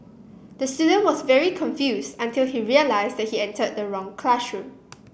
the student was very confuse until he realised he entered the wrong classroom